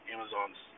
Amazon's